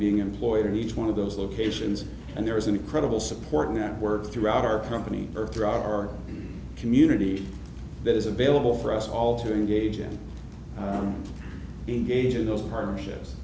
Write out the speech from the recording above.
being employed in each one of those locations and there is an incredible support network throughout our company earth drive our community that is available for us all to engage and engage in those partnerships